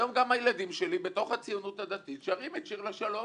היום גם הילדים שלי בתוך הציונות הדתית שרםי את שיר לשלום,